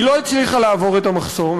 היא לא הצליחה לעבור את המחסום.